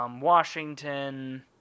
Washington